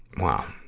wow.